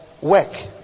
work